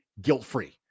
guilt-free